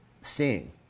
seeing